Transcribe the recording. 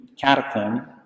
catacomb